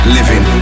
Living